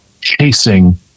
chasing